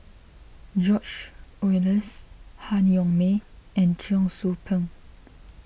George Oehlers Han Yong May and Cheong Soo Pieng